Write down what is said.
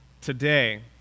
today